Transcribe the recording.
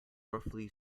roughly